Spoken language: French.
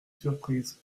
surprise